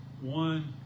one